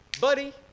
buddy